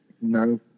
No